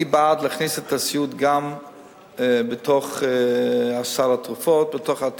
אני בעד הכנסת הסיעוד לתוך סל הבריאות,